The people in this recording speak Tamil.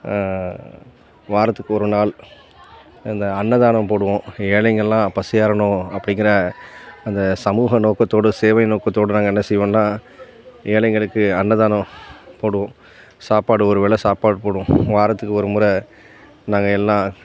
வாரத்துக்கு ஒரு நாள் இந்த அன்னதானம் போடுவோம் ஏழைங்கெல்லாம் பசியாறணும் அப்படிங்கிற அந்தச் சமூக நோக்கத்தோடு சேவை நோக்கத்தோடு நாங்கள் என்ன செய்வோன்னால் ஏழைகளுக்கு அன்னதானம் போடுவோம் சாப்பாடு ஒரு வேளை சாப்பாடு போடுவோம் வாரத்துக்கு ஒரு முறை நாங்கள் எல்லாம்